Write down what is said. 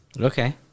okay